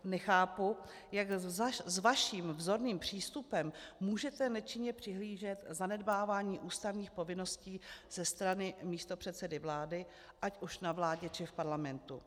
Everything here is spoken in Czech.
Nechápu, jak s vaším vzorným přístupem můžete nečinně přihlížet zanedbávání ústavních povinností ze strany místopředsedy vlády ať už na vládě, či v Parlamentu.